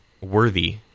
worthy